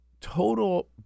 total